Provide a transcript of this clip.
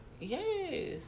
Yes